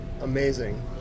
amazing